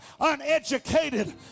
uneducated